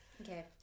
Okay